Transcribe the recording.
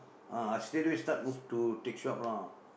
ah I straight away start move to take shop lah